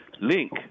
link